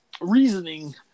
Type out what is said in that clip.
reasoning